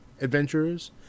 adventurers